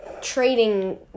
trading